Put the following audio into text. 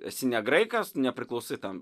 esi ne graikas nepriklausai tam